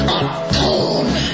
atone